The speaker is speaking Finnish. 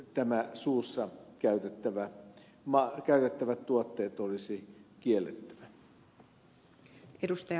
myöskin suussa käytettävät tuotteet olisi kiellettävä